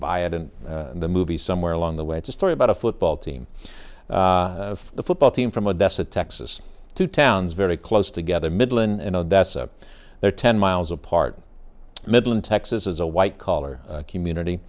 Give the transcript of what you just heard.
buy it and the movie somewhere along the way it's a story about a football team the football team from adesa texas two towns very close together middle and odessa they're ten miles apart midland texas is a white collar community